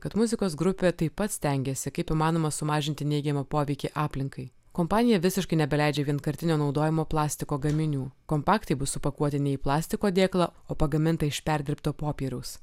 kad muzikos grupė taip pat stengėsi kaip įmanoma sumažinti neigiamą poveikį aplinkai kompanija visiškai nebeleidžia vienkartinio naudojimo plastiko gaminių kompaktai bus supakuoti ne į plastiko dėklą o pagaminta iš perdirbto popieriaus